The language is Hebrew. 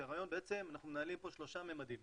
כשהרעיון בעצם, אנחנו מנהלים פה שלושה ממדים.